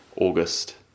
August